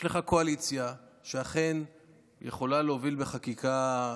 יש לך קואליציה שאכן יכולה להוביל בחקיקה,